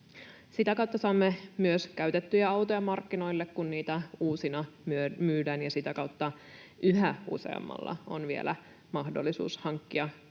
Sitä kautta saamme myös käytettyjä autoja markkinoille, kun niitä uusina myydään, ja sitä kautta yhä useammalla on vielä mahdollisuus hankkia